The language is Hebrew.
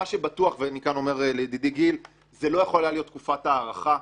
מה שבטוח ומכאן אומר לידידי גיל שזו לא יכולה להיות תקופת ההארכה.